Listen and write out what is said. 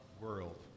world